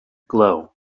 glow